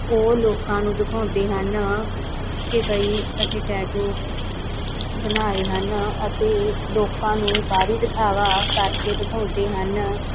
ਉਹ ਲੋਕਾਂ ਨੂੰ ਦਿਖਾਉਂਦੇ ਹਨ ਕਿ ਬਈ ਅਸੀਂ ਟੈਟੂ ਬਣਾਏ ਹਨ ਅਤੇ ਲੋਕਾਂ ਨੂੰ ਬਾਹਰੀ ਦਿਖਾਵਾ ਕਰਕੇ ਦਿਖਾਉਂਦੇ ਹਨ